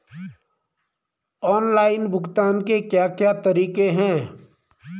Online भुगतान के क्या क्या तरीके हैं?